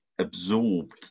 absorbed